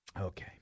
Okay